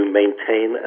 maintain